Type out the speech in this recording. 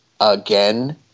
again